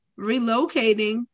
relocating